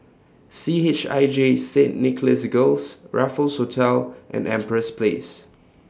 C H I J Saint Nicholas Girls Raffles Hotel and Empress Place